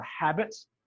habits